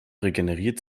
regeneriert